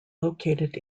located